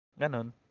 ganon